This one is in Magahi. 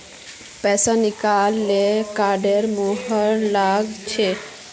पैसा निकला ल डाकघरेर मुहर लाग छेक